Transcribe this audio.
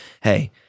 hey